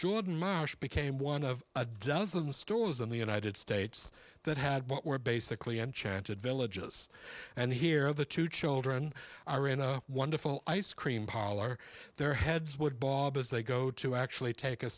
jordan marsh became one of a dozen stores in the united states that had what were basically enchanted villages and here the two children are in a wonderful ice cream parlor their heads would bob as they go to actually take a